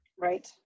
Right